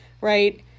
right